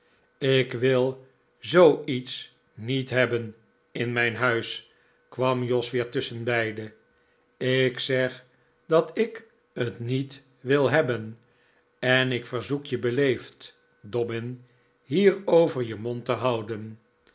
ik wil zoo iets niet hebben in mijn huis kwam jos weer tusschenbeide ik zeg dat ik het niet wil hebben en ik verzoek je beleefd dobbin hierover je mond te houden